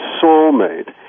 soulmate